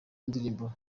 indirimbo